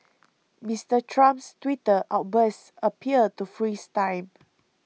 Mister Trump's Twitter outbursts appear to freeze time